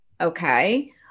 Okay